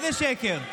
איזה שקר?